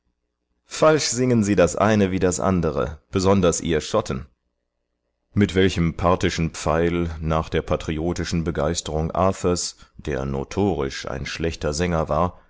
falsch singen sie das eine wie das andere besonders ihr schotten mit welchem parthischen pfeil nach der patriotischen begeisterung arthurs der notorisch ein schlechter sänger war